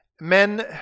men